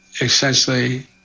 essentially